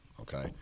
okay